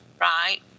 Right